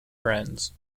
friends